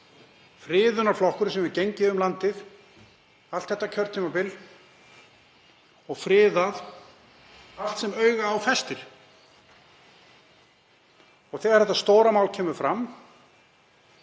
friðunarflokkurinn sem hefur gengið um landið allt þetta kjörtímabil og friðað allt sem auga á festir. Þegar þetta stóra mál kemur fram